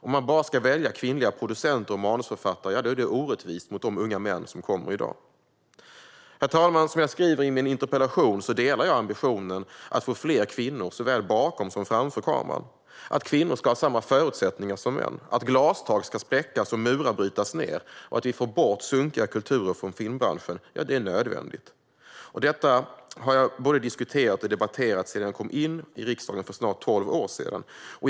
Om man bara ska välja kvinnliga producenter och manusförfattare är det orättvist mot de unga män som kommer i dag." Herr talman! Som jag skriver i min interpellation delar jag ambitionen att få fler kvinnor såväl bakom som framför kameran. Att kvinnor har samma förutsättningar som män, att glastak spräcks och murar bryts ned och att vi får bort sunkiga kulturer från filmbranschen är nödvändigt. Detta har jag både diskuterat och debatterat sedan jag kom in i riksdagen för snart tolv år sedan.